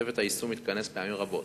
צוות היישום מתכנס פעמים רבות.